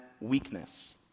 weakness